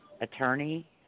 attorney